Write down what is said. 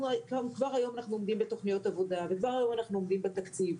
כבר היום אנחנו עומדים בתוכניות עבודה וכבר היום אנחנו עומדים בתקציב.